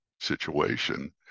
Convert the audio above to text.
situation